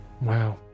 Wow